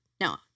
No